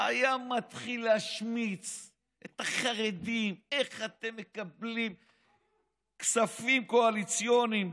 והיה מתחיל להשמיץ את החרדים: איך אתם מקבלים כספים קואליציוניים.